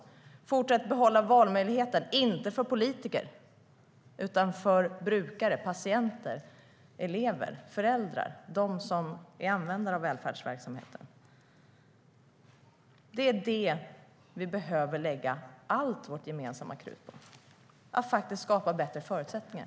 Det handlar om att fortsätta att behålla valmöjligheten - inte för politiker utan för brukare, patienter, elever och föräldrar, de som är användare av välfärdsverksamheten. Det är vad vi behöver lägga allt vårt gemensamma krut på. Det handlar om att skapa bättre förutsättningar.